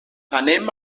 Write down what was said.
anem